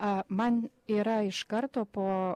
a man yra iš karto po